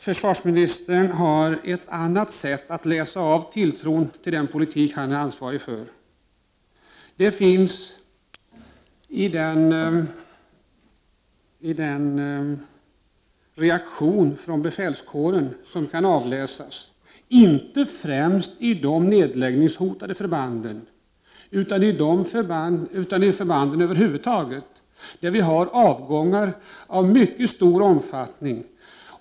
Försvarsministern har ett annat sätt att läsa av tilltron till den politik han är ansvarig för, nämligen i den reaktion från befälskåren som kan avläsas — inte främst i de nedläggningshotade förbanden, utan i förbanden över huvud taget —- i form av avgångar i mycket stor omfattning.